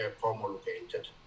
promulgated